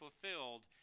fulfilled